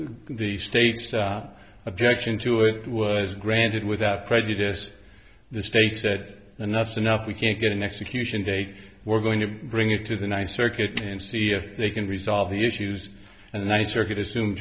the state's objection to it was granted without prejudice the state said enough is enough we can't get an execution date we're going to bring it to the ninth circuit and see if they can resolve the issues and ninth circuit assumed